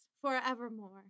forevermore